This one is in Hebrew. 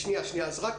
תמשיכי עם מה